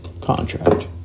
contract